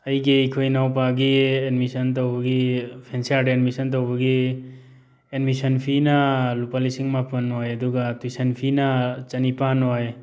ꯑꯩꯒꯤ ꯑꯩꯈꯣꯏ ꯏꯅꯥꯎꯄꯥꯒꯤ ꯑꯦꯠꯃꯤꯁꯟ ꯇꯧꯕꯒꯤ ꯐꯦꯟꯁꯤꯌꯥꯔꯗ ꯑꯦꯠꯃꯤꯁꯟ ꯇꯧꯕꯒꯤ ꯑꯦꯠꯃꯤꯁꯟ ꯐꯤꯅ ꯂꯨꯄꯥ ꯂꯤꯁꯤꯡ ꯃꯥꯄꯟ ꯑꯣꯏ ꯑꯗꯨꯒ ꯇꯨꯏꯁꯟ ꯐꯤꯅ ꯆꯅꯤꯄꯥꯟ ꯑꯣꯏ